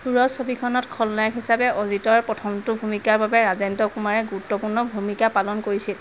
সুৰজ ছবিখনত খলনায়ক হিচাপে অজিতৰ প্ৰথমটো ভূমিকাৰ বাবে ৰাজেন্দ্ৰ কুমাৰে গুৰুত্বপূৰ্ণ ভূমিকা পালন কৰিছিল